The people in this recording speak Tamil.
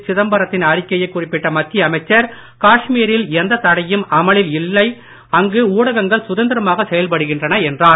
சிதம்பரத்தின் அறிக்கையைக் குறிப்பிட்ட மத்திய அமைச்சர் காஷ்மீ ரில் எந்தத் தடையும் அமலில் இல்லை அங்கு ஊடகங்கள் சுதந்திரமாக செயல்படுகின்றன என்றார்